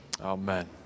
amen